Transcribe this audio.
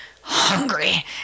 hungry